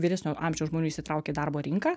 vyresnio amžiaus žmonių įsitraukė į darbo rinką